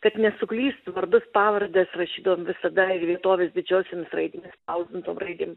kad nesuklyst vardus pavardes rašydavom visada ir vietoves didžiosiomis raidėmis spausdintom raidėm